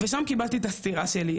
ושם קיבלתי את הסטירה שלי,